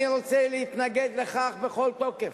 אני רוצה להתנגד לכך בכל תוקף.